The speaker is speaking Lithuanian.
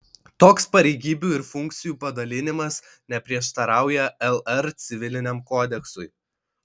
toks pareigybių ir funkcijų padalinimas neprieštarauja lr civiliniam kodeksui